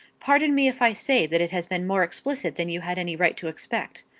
pardon me if i say that it has been more explicit than you had any right to expect.